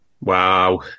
Wow